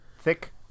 thick